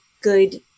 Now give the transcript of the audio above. good